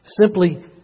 Simply